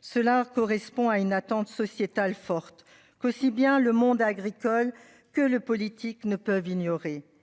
Cela correspond à une attente sociétale forte qu'aussi bien le monde agricole que le politique ne peuvent ignorer,